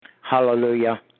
Hallelujah